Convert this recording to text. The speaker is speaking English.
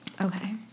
Okay